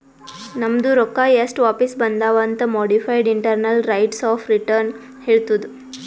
ನಮ್ದು ರೊಕ್ಕಾ ಎಸ್ಟ್ ವಾಪಿಸ್ ಬಂದಾವ್ ಅಂತ್ modified internal rates of return ಹೇಳತ್ತುದ್